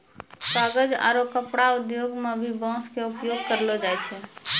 कागज आरो कपड़ा उद्योग मं भी बांस के उपयोग करलो जाय छै